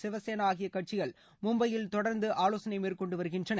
சிவசேனா ஆகிய கட்சிகள் மும்பையில் தொடர்ந்து ஆலோசனை மேற்கொண்டு வருகின்றன